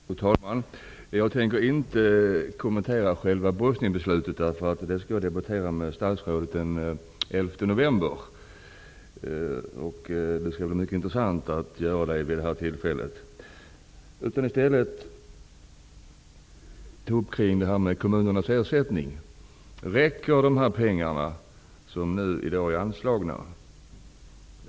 Fru talman! Jag tänker inte kommentera själva bosnierbeslutet, för det skall jag debattera med statsrådet den 11 november. Det skall bli mycket intressant att göra det vid det tillfället. I stället tänkte jag ta upp frågan om kommunernas ersättning. Räcker de pengar som nu anslagits?